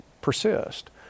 persist